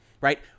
right